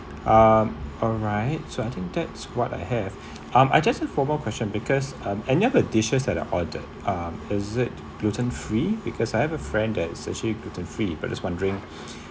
um alright so I think that's what I have um I just have one more question because um any other dishes that I ordered is it gluten free because I have a friend that says you're gluten free but just wondering